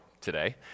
today